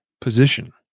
position